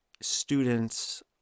students